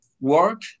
Work